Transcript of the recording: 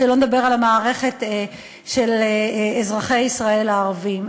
שלא נדבר על המערכת של אזרחי ישראל הערבים.